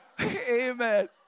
amen